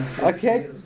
Okay